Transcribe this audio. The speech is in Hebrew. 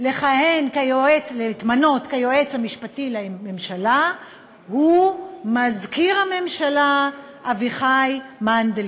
להתמנות ליועץ המשפטי לממשלה הוא מזכיר הממשלה אביחי מנדלבליט.